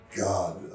god